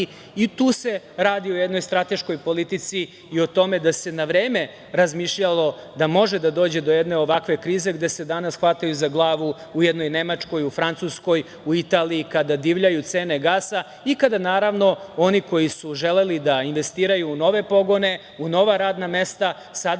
Tu se radi o jednoj strateškoj politici i o tome da se na vreme razmišljalo da može da dođe do jedne ovakve krize, gde se danas hvataju za glavu u jednoj Nemačkoj, u Francuskoj, u Italiji, kada divljaju cene gasa i kada oni koji su želeli da investiraju u nove pogone, u nova radna mesta sada